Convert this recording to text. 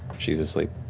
she's asleep.